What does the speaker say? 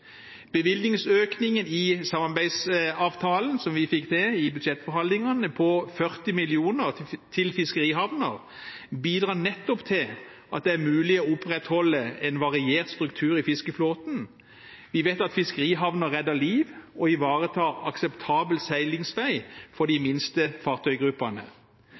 Bevilgningsøkningen i samarbeidsavtalen som vi fikk til i budsjettforhandlingene, 40 mill. kr til fiskerihavner, bidrar nettopp til at det er mulig å opprettholde en variert struktur i fiskeflåten. Vi vet at fiskerihavner redder liv og ivaretar en akseptabel seilingsvei for de minste fartøygruppene.